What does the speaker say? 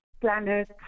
planet